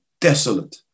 desolate